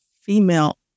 female